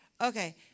Okay